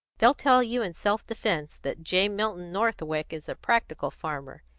they'll tell you in self-defence that j. milton northwick is a practical farmer,